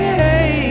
hey